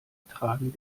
tragen